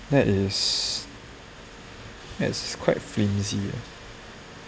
that is that's quite flimsy eh